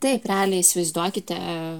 taip realiai įsivaizduokite